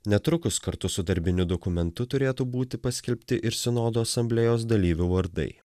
netrukus kartu su darbiniu dokumentu turėtų būti paskelbti ir sinodo asamblėjos dalyvių vardai